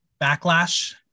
backlash